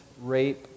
rape